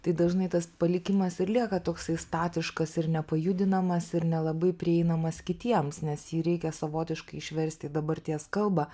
tai dažnai tas palikimas ir lieka toksai statiškas ir nepajudinamas ir nelabai prieinamas kitiems nes jį reikia savotiškai išversti į dabarties kalbą